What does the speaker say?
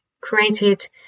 created